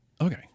Okay